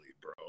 bro